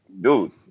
dude